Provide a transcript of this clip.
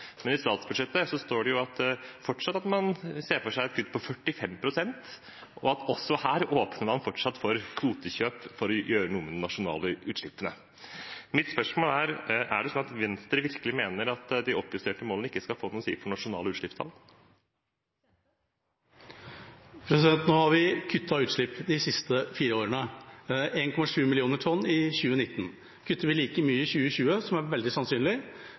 Men i statsbudsjettet står det fortsatt at man ser for seg et kutt på 45 pst., og at man fortsatt åpner for kvotekjøp for å gjøre noe med de nasjonale utslippene. Mitt spørsmål er: Er det slik at Venstre virkelig mener at de oppjusterte målene ikke skal få noe å si for nasjonale utslippstall? Nå har vi kuttet utslipp de siste fire årene, 1,7 millioner tonn i 2019. Kutter vi like mye i 2020, som er veldig sannsynlig,